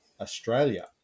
Australia